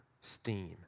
steam